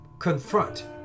confront